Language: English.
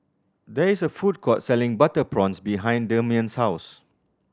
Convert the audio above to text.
there is a food court selling butter prawns behind Demian's house